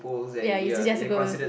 ya is it just to go